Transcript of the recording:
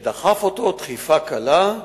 שדחף אותו דחיפה קלה.